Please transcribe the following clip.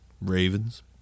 Ravens